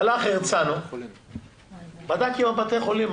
הרצנו בדק עם בתי חולים,